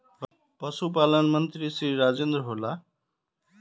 पशुपालन मंत्री श्री राजेन्द्र होला?